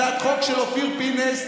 הצעת חוק של אופיר פינס,